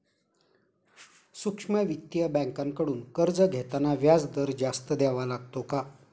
सूक्ष्म वित्तीय बँकांकडून कर्ज घेताना व्याजदर जास्त द्यावा लागतो का?